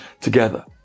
together